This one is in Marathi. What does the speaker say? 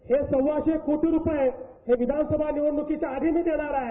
हे सव्वाशे कोटी रूपये हे विधानसभा निवडण्कांच्या आधी मी देणार आहे